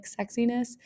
sexiness